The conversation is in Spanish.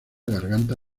garganta